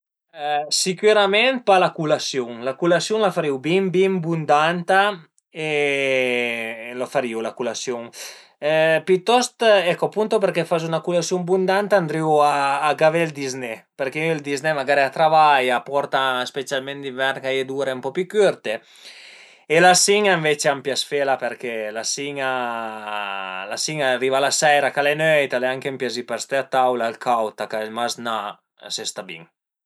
Sicürament pa la culasiun, la culasiun la farìu bin bin bundanta e la farìu la culasiun. Pitost, ecco përché appunto fazu 'na culasiun bundanta andrìu a gavé ël dizné, përché ün ël dizné magari a travai, a porta, specialment d'invern ch'a ie d'ure ën po pi cürte e la sin-a ënvece a m'pias fela përché la sin-a, la sin-a ariva la seria ch'al e nöit, al e anche ën piazì për ste a taula, al caud, tacà ai maznà, a së sta bin